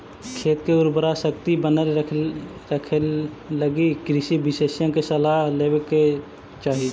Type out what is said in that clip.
खेत के उर्वराशक्ति बनल रखेलगी कृषि विशेषज्ञ के सलाह लेवे के चाही